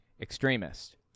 extremist